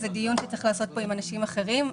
זה דיון שצריך לעשות פה עם אנשים אחרים.